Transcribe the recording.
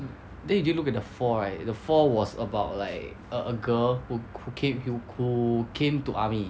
then you do you look at the four right the four was about like a a girl who who came who who who came to army